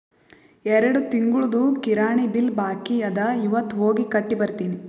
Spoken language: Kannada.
ಎರಡು ತಿಂಗುಳ್ದು ಕಿರಾಣಿ ಬಿಲ್ ಬಾಕಿ ಅದ ಇವತ್ ಹೋಗಿ ಕಟ್ಟಿ ಬರ್ತಿನಿ